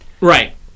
Right